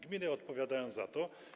Gminy odpowiadają za to.